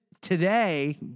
today